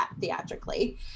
theatrically